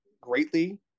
greatly